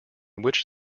which